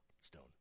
stone